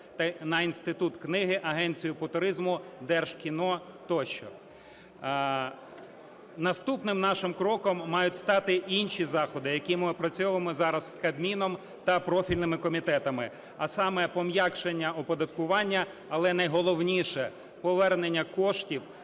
на Інститут книги, Агенцію по туризму, Держкіно тощо. Наступним нашим кроком мають стати інші заходи, які ми опрацьовуємо зараз з Кабміном та профільними комітетами, а саме: пом'якшення оподаткування. Але найголовніше – повернення коштів